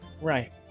Right